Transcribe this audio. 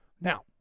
Now